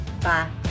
Bye